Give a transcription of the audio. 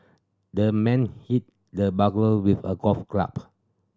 the man hit the burglar with a golf